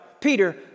Peter